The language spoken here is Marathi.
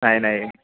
नाही नाही